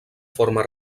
forma